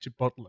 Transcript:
Chipotle